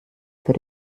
für